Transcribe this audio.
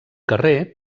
carrer